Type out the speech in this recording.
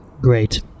Great